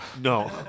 No